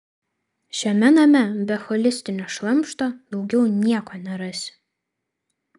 šiame name be holistinio šlamšto daugiau nieko nerasi